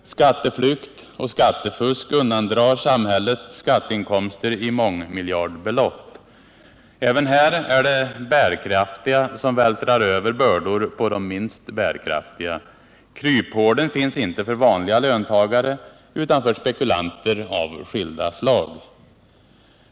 Skatteflykt och skattefusk undandrar samhället skatteinkomster i mångmiljardbelopp. Även här är det de bärkraftiga som vältrar över bördor på de minst bärkraftiga. Kryphålen finns inte för vanliga löntagare utan för spekulanter av skilda slag.